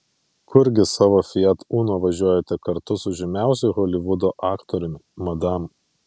kurgi savo fiat uno važiuojate kartu su žymiausiu holivudo aktoriumi madam